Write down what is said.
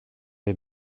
les